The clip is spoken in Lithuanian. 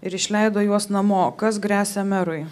ir išleido juos namo kas gresia merui